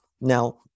now